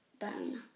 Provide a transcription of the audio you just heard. bone